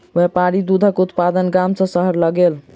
व्यापारी दूधक उत्पाद गाम सॅ शहर लय गेल